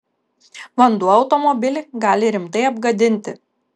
vanduo automobilį gali rimtai apgadinti